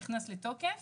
נכנס לתוקף